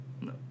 No